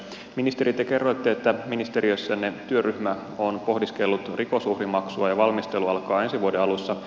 ministeri te kerroitte että ministeriössänne työryhmä on pohdiskellut rikosuhrimaksua ja valmistelu alkaa ensi vuoden alussa